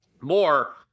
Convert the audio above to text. More